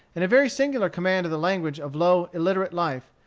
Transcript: and a very singular command of the language of low, illiterate life,